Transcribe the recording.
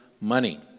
money